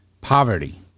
poverty